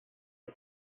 his